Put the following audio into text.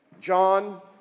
John